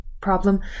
problem